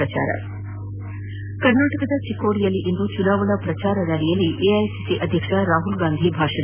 ಕರ್ನಾಟಕದ ಚಿಕ್ಕೋಡಿಯಲ್ಲಿಂದು ಚುನಾವಣಾ ಪ್ರಚಾರ ರ್ನಾಲಿಯಲ್ಲಿ ಎಐಸಿಸಿ ಅಧ್ಯಕ್ಷ ರಾಹುಲ್ಗಾಂಧಿ ಭಾಷಣ